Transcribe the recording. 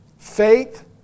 Faith